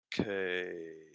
Okay